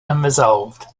unresolved